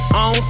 on